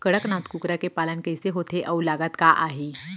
कड़कनाथ कुकरा के पालन कइसे होथे अऊ लागत का आही?